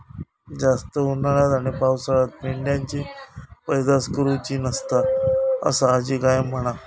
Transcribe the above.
जास्त उन्हाळ्यात आणि पावसाळ्यात मेंढ्यांची पैदास करुची नसता, असा आजी कायम म्हणा